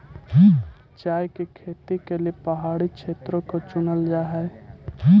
चाय की खेती के लिए पहाड़ी क्षेत्रों को चुनल जा हई